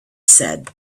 said